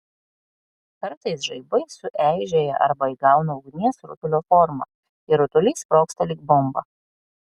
kartais žaibai sueižėja arba įgauna ugnies rutulio formą ir rutulys sprogsta lyg bomba